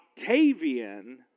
Octavian